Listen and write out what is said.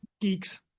Geeks